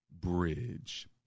bridge